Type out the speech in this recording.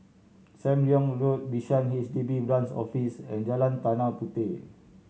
Sam Leong Road Bishan H D B Branch Office and Jalan Tanah Puteh